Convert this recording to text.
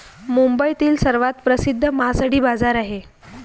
मुंबईतील सर्वात प्रसिद्ध मासळी बाजार आहे